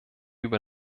über